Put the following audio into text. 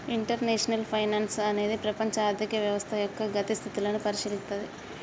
international finance అనేది ప్రపంచ ఆర్థిక వ్యవస్థ యొక్క గతి స్థితులను పరిశీలిత్తది